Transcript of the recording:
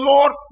Lord